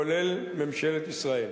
כולל ממשלת ישראל.